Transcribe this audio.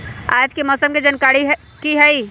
आज के मौसम के जानकारी कि हई?